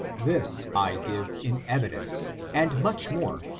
this, i give in evidence and much more,